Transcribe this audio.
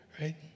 right